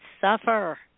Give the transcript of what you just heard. suffer